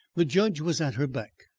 the judge was at her back.